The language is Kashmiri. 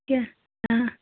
کیٚنٛہہ آ